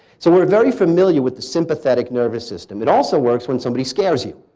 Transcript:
so we're very familiar with the sympathetic nervous system. it also works when somebody scares you.